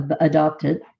adopted